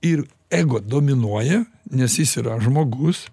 ir ego dominuoja nes jis yra žmogus